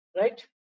Right